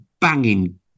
banging